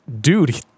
dude